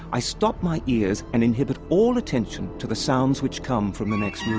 i stopped my ears and inhibit all attention to the sounds which come from the next room.